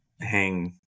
hang